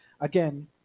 Again